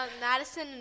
Madison